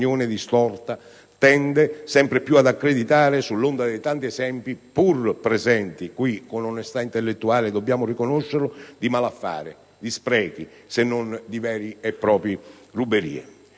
opinione distorta tende sempre più ad accreditare, sull'onda dei tanti esempi pur presenti - con onestà intellettuale dobbiamo riconoscerlo - di malaffare, di sprechi, se non di vere e proprie ruberie.